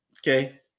Okay